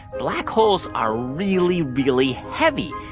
black holes are really, really heavy.